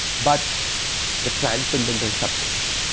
but the transcendental subject.